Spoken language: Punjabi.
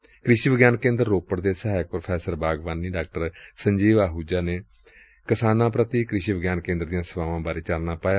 ਇਸ ਮੌਕੇ ਕ੍ਰਿਸੀ ਵਿਗਿਆਨ ਕੇ ਂਦਰ ਰੋਪੜ ਦੇ ਸਹਾਇਕ ਪ੍ਰੋਫੈਸਰ ਬਾਗਬਾਨੀ ਡਾ ਸੰਜੀਵ ਅਹੁਜਾ ਕਿਰਸਾਨੀ ਪ੍ਰਤੀ ਕ੍ਰਿਸ਼ੀ ਵਿਗਿਆਨ ਕੇਂਦਰ ਦੀਆਂ ਸੇਵਾਵਾਂ ਬਾਰੇ ਚਾਨਣਾ ਪਾਇਆ